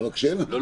לא,